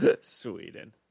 Sweden